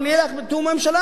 אני יודע מה יחליטו בממשלה?